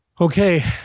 Okay